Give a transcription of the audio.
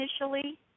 initially